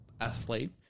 athlete